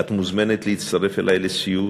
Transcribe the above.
את מוזמנת להצטרף אלי לסיור,